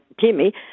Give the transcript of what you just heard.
Timmy